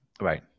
Right